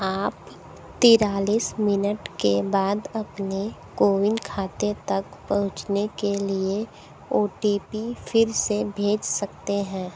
आप तिरालीस मिनट के बाद अपने कोविन खाते तक पहुँचने के लिए ओ टी पी फ़िर से भेज सकतें हैं